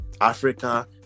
africa